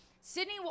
Sydney